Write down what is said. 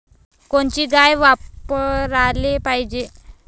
कोनची गाय वापराली पाहिजे?